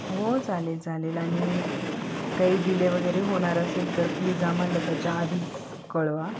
हो चालेल चालेल आणि काही डिले वगैरे होणार असेल तर प्लीज आम्हाला त्याच्या आधीच कळवा